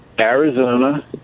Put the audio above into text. Arizona